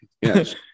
Yes